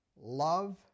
Love